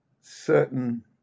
certain